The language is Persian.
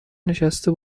نشسته